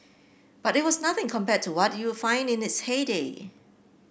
but it was nothing compared to what you find in its heyday